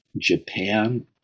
Japan